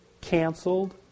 Canceled